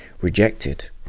rejected